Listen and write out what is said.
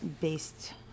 based